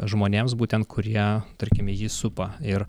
žmonėms būtent kurie tarkime jį supa ir